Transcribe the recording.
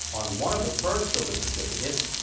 on one of the first silver certificates,